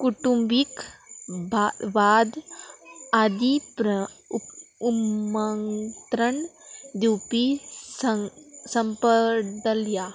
कुटुंबीक भा वाद आदी प्र उमंत्रण दिवपी सं संपडल या